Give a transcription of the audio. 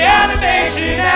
animation